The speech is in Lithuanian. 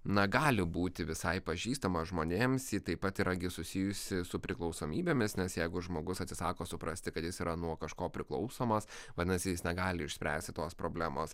na gali būti visai pažįstama žmonėms ji taip pat yra gi susijusi su priklausomybėmis nes jeigu žmogus atsisako suprasti kad jis yra nuo kažko priklausomas vadinasi jis negali išspręsti tos problemos